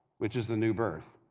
which is the new birth.